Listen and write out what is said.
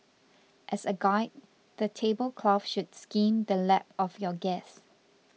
as a guide the table cloth should skim the lap of your guests